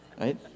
Right